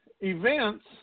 events